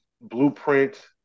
blueprint